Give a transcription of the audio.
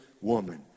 woman